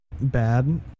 bad